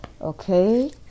Okay